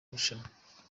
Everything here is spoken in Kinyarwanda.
rushanwa